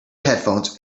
headphones